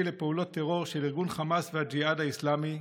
לפעולות טרור של ארגון חמאס והג'יהאד האסלאמי,